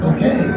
Okay